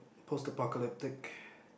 post apocalyptic